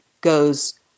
goes